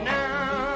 now